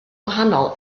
wahanol